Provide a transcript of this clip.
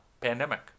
pandemic